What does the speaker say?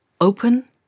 open